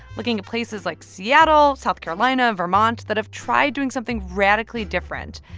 looking at places like seattle, south carolina, vermont that have tried doing something radically different.